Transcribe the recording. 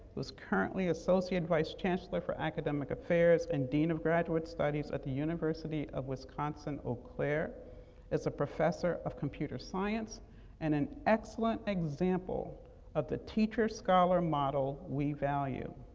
currently associate vice-chancellor for academic affairs and dean of graduate studies at the university of wisconsin eau claire is a professor of computer science and an excellent example of the teacher-scholar model we value.